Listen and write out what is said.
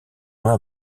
moins